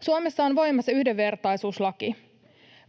Suomessa on voimassa yhdenvertaisuuslaki.